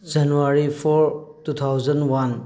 January four two thousand one